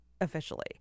officially